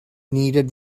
needed